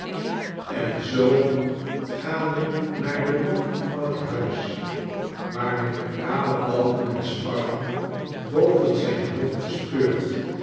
en zoo gaan we naar d e nok van t t huis waar men de kale balken en sparren boven zijn hoofd bespeurt